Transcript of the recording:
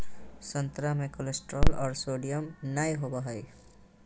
संतरा मे कोलेस्ट्रॉल और सोडियम नय होबय हइ